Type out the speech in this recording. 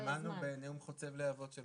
שמענו בנאום חוצב להבות.